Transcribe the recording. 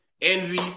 envy